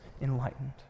enlightened